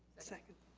second.